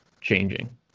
changing